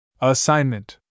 Assignment